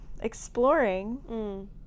exploring